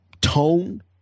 tone